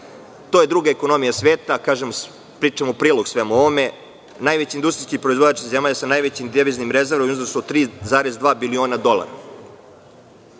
To je druga ekonomija sveta, pričam u prilog svemu ovome, najveći industrijski proizvođač zemalja sa najvećim deviznim rezervama u iznosu od 3,2 biliona dolara. Primera